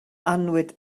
annwyd